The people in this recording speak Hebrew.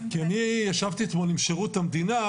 בלי הסתייגות ובלי שום